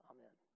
Amen